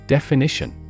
Definition